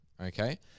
Okay